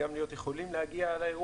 שהם גם צריכים להיות יכולים להגיע לאירוע,